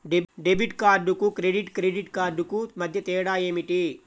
Debit కార్డుకు credit credit కార్డుకు మధ్య తేడా ఏమిటీ?